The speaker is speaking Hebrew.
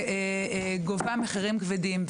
וגובה מחירים כבדים.